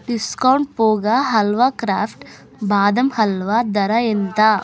discount పోగా halwa craft బాదం హల్వా ధర ఎంత